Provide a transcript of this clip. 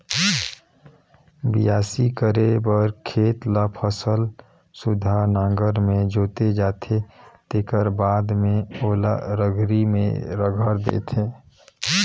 बियासी करे बर खेत ल फसल सुद्धा नांगर में जोते जाथे तेखर बाद में ओला रघरी में रघर देथे